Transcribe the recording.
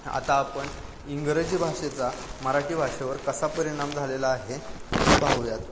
आता आपण इंग्रजी भाषेचा मराठी भाषेवर कसा परिणाम झालेला आहे हे पाहूयात